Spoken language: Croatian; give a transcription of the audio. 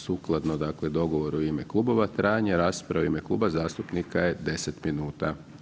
Sukladno dogovoru u ime klubova trajanje rasprave u ime kluba zastupnika je 10 minuta.